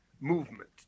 movement